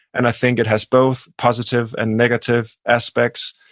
and i think it has both positive and negative aspects,